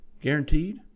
guaranteed